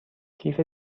کیف